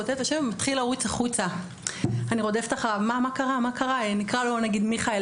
כותב את השם ומתחיל לרוץ החוצה לצורך העניין נקרא לו מיכאל